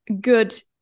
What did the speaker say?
good